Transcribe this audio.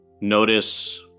Notice